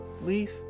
Leaf